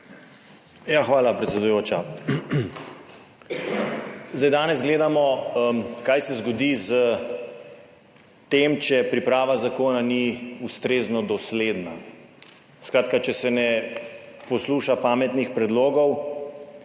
Hvala predsedujoča. Zdaj danes gledamo kaj se zgodi s tem, če priprava zakona ni ustrezno dosledna. Skratka, če se ne posluša pametnih predlogov